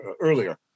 earlier